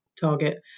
target